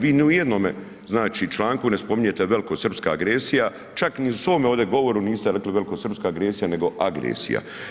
Vi ni u jednome članku ne spominjete velikosrpska agresija, čak ni u svome ovdje govoru niste rekli velikosrpska agresija nego agresija.